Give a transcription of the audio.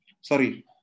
Sorry